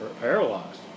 paralyzed